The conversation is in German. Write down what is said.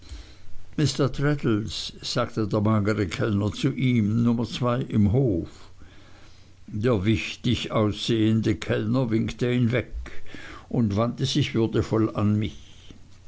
mr traddles sagte der magere kellner zu ihm nummer zwei im hof der wichtig aussehende kellner winkte ihn weg und wandte sich würdevoll an mich